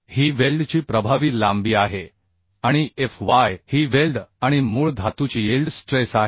ही वेल्डची प्रभावी लांबी आहे आणि fy ही वेल्ड आणि मूळ धातूची यील्ड स्ट्रेस आहे